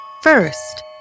First